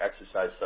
exercise